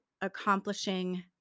accomplishing